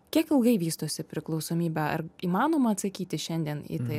kiek ilgai vystosi priklausomybė ar įmanoma atsakyti šiandien į tai